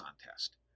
contest